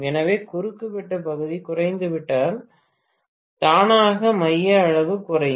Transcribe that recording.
எனவே குறுக்கு வெட்டு பகுதி குறைந்துவிட்டால் தானாக மைய அளவு குறையும்